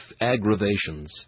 aggravations